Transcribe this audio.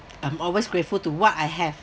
I'm always grateful to what I have